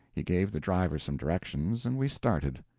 he gave the driver some directions, and we started.